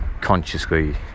consciously